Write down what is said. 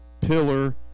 pillar